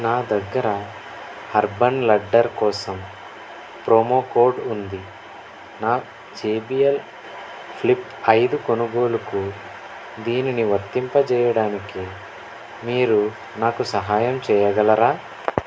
నా దగ్గర Urban Ladder కోసం ప్రోమోకోడ్ ఉంది నా జెబిఎల్ ఫ్లిప్ ఐదు కొనుగోలుకు దీనిని వర్తింపజేయడానికి మీరు నాకు సహాయం చెయ్యగలరా